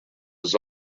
was